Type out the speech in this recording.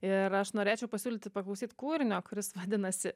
ir aš norėčiau pasiūlyti paklausyt kūrinio kuris vadinasi